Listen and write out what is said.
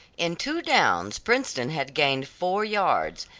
in two downs princeton had gained four yards.